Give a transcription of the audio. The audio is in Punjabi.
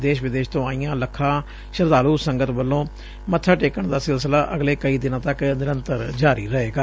ਦੇਸ਼ ਵਿਦੇਸ਼ ਤੋਂ ਆਈਆਂ ਲੱਖਾਂ ਸ਼ਰਧਾਲੁ ਸੰਗਤ ਵੱਲੋਂ ਮੱਥਾ ਟੇਕਣ ਦਾ ਸਿਲਸਿਲਾ ਅਗਲੇ ਕਈ ਦਿਨਾਂ ਤੱਕ ਨਿਰੰਤਰ ਜਾਰੀ ਰਹੇਗਾ